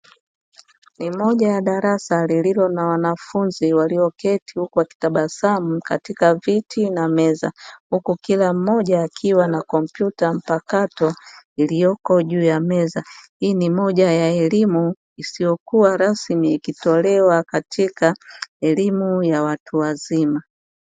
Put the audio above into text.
Ni moja ya darasa lililo na wanafunzi walioketi huku, wakitabasamu katika viti na meza, huku Kila mmoja akiwa na kompyuta mpakato iliyoko juu ya meza, Hii ni moja ya elimu isiyokuwa rasmi ikitolewa katika elimu ya watu wazima.